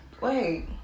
Wait